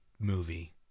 movie